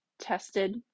tested